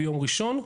ביום ראשון,